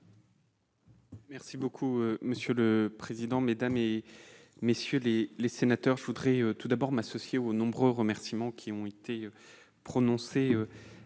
M. le ministre. Monsieur le président, mesdames, messieurs les sénateurs, je voudrais tout d'abord m'associer aux nombreux remerciements qui ont été adressés